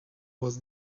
was